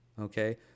okay